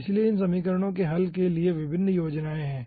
इसलिए इन समीकरणों के हल के लिए विभिन्न योजनाएं हैं